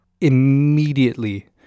immediately